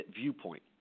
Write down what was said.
viewpoint